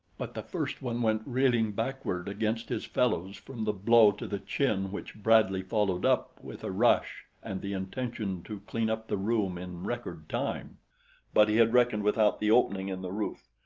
but the first one went reeling backward against his fellows from the blow to the chin which bradley followed up with a rush and the intention to clean up the room in record time but he had reckoned without the opening in the roof.